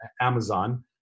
Amazon